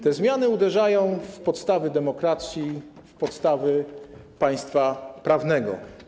Te zmiany uderzają w podstawy demokracji, w podstawy państwa prawnego.